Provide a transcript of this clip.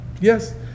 Yes